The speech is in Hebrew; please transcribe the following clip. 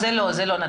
זה לא.